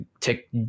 take